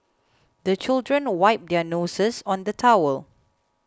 the children wipe their noses on the towel